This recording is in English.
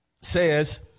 says